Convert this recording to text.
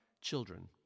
children